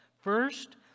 first